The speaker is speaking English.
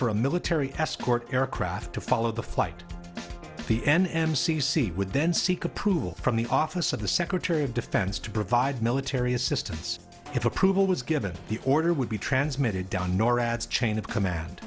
for a military escort aircraft to follow the flight the n m c c would then seek approval from the office of the secretary of defense to provide military assistance if approval was given the order would be transmitted down norad chain of command